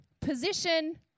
position